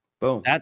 Boom